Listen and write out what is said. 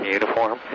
uniform